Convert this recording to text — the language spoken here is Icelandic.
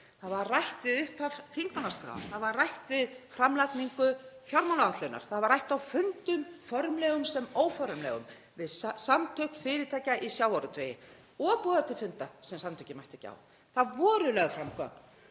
Það var rætt við upphaf þingmálaskrár, það var rætt við framlagningu fjármálaáætlunar og það var rætt á fundum, formlegum sem óformlegum, við Samtök fyrirtækja í sjávarútvegi og boðað til funda sem Samtökin mættu ekki á. Það voru lögð fram gögn,